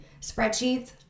spreadsheets